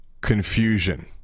confusion